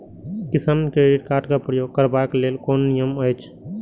किसान credit card क प्रयोग करबाक लेल कोन नियम अछि?